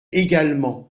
également